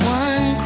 one